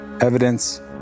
evidence